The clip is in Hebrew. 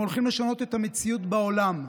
הם הולכים לשנות את המציאות בעולם.